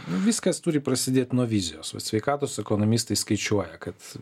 viskas turi prasidėt nuo vizijos vat sveikatos ekonomistai skaičiuoja kad